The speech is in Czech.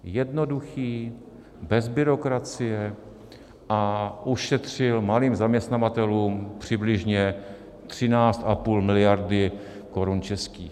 Jednoduchý, bez byrokracie a ušetřil malým zaměstnavatelům přibližně 13,5 miliardy korun českých.